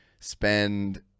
spend